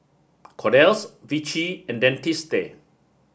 Kordel's Vichy and Dentiste